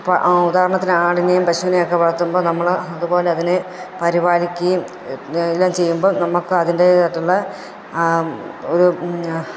ഉദാഹണത്തിന് ആടിനെയും പശുവിനെയുമൊക്കെ വളർത്തുമ്പോൾ നമ്മൾ അതുപോലെ അതിനെ പരിപാലിക്കുകയും എല്ലാം ചെയ്യുമ്പം നമക്ക് അതിൻ്റേതായിട്ടുള്ള ഒരു